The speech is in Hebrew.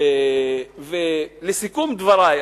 לסיכום דברי,